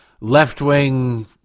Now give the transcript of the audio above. left-wing